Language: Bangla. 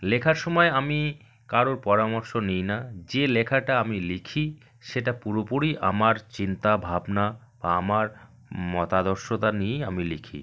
লেখার সময় আমি কারোর পরামর্শ নিই না যে লেখাটা আমি লিখি সেটা পুরোপুরি আমার চিন্তাভাবনা আমার মতাদর্শতা নিয়েই আমি লিখি